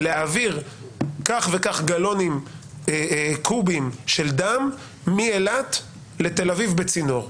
להעביר כך וכך קובים של דם מאילת לתל אביב בצינור,